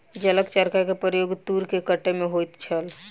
जलक चरखा के प्रयोग तूर के कटै में होइत छल